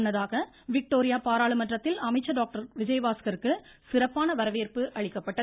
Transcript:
முன்னதாக விக்டோரியா பாராளுமன்றத்தில் அமைச்சர் விஜயபாஸ்கருக்கு சிறப்பான வரவேற்பு அளிக்கப்பட்டது